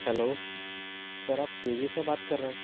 hello sir آپ Swiggy سے بات کر رہے ہیں